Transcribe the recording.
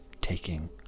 taking